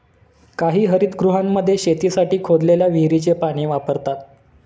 काही हरितगृहांमध्ये शेतीसाठी खोदलेल्या विहिरीचे पाणी वापरतात